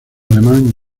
alemán